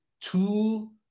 two